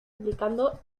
aplicando